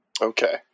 Okay